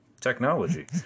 technology